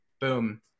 boom